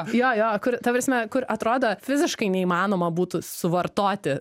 jo jo kur ta prasme kur atrodo fiziškai neįmanoma būtų suvartoti